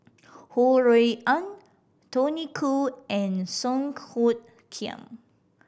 Ho Rui An Tony Khoo and Song Hoot Kiam